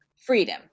freedom